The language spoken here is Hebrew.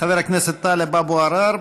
חבר הכנסת טלב אבו עראר,